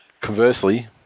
Conversely